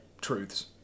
truths